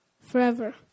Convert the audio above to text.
forever